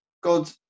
God